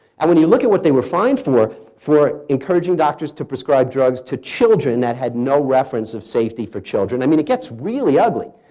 and when you look at what they were fined for, for encouraging doctors to prescribe drugs to children that had no reference of safety for children. i mean, it gets really ugly.